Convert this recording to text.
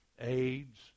AIDS